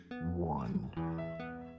one